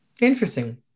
Interesting